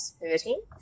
hurting